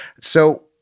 So-